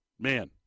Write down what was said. Man